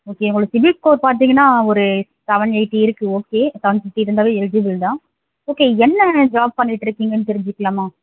okay உங்களுக்கு CIBIL score பார்த்தீங்கன்னா ஒரு செவன் எயிட்டி இருக்குது ஓகே செவன் ஃபிஃப்ட்டி இருந்தாலே எலிஜிபில் தான் ஓகே என்ன ஜாப் பண்ணிட்டுருக்கீங்கன்னு தெரிஞ்சிக்கலாமா